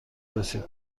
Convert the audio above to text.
رسید